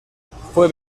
fue